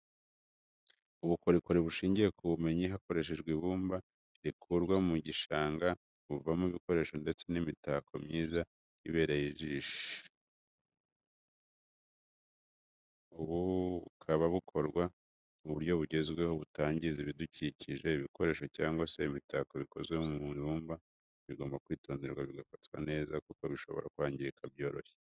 Ubukorikori bushingiye ku bubumbyi hakoreshejwe ibumba rikurwa mu gishanga buvamo ibikoresho ndetse n'imitako myiza ibereye ijisho, ubu bukaba bukorwa mu buryo bugezweho butangiza ibidukikije, ibikoresho cyangwa se imitako bikozwe mu ibumba bigomba kwitonderwa bigafatwa neza kuko bishobora kwangirika byoroshye